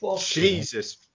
Jesus